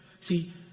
See